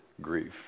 grief